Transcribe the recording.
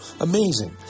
Amazing